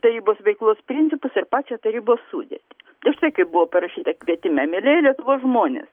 tarybos veiklos principus ir pačią tarybos sudėtį tai štai kaip buvo parašyta kvietime mielieji lietuvos žmonės